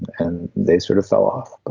and they sort of fell off